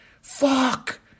Fuck